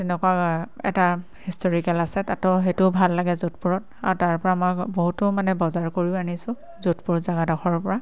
তেনেকুৱা এটা হিষ্টৰিকেল আছে তাতো সেইটোও ভাল লাগে য'ধপুৰত আৰু তাৰপৰা মই বহুতো মানে বজাৰ কৰিও আনিছোঁ য'ধপুৰ জেগাডোখৰৰপৰা